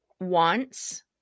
wants